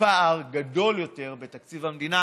פער גדול יתר בתקציב המדינה